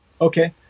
Okay